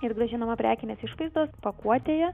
ir grąžinama prekinės išvaizdos pakuotėje